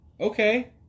okay